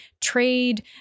trade